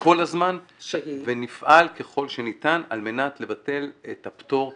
כל הזמן ונפעל ככל שניתן על מנת לבטל את הפטור מדיווח.